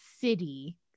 city